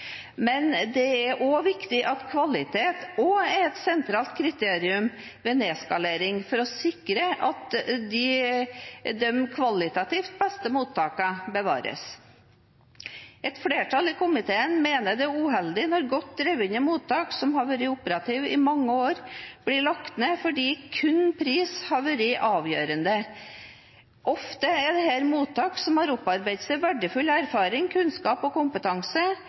men det er også viktig at kvalitet er et sentralt kriterium ved nedskalering for å sikre at de kvalitativt beste mottakene bevares. Et flertall i komiteen mener det er uheldig når godt drevne mottak som har vært operative i mange år, blir lagt ned fordi kun pris har vært avgjørende. Ofte er dette mottak som har opparbeidet seg verdifull erfaring, kunnskap og kompetanse,